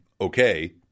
okay